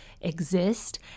exist